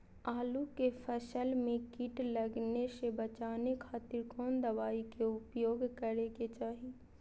आलू के फसल में कीट लगने से बचावे खातिर कौन दवाई के उपयोग करे के चाही?